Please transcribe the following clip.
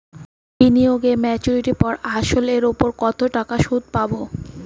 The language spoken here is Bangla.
বিনিয়োগ এ মেচুরিটির পর আসল এর উপর কতো টাকা সুদ পাম?